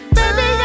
baby